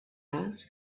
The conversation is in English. asked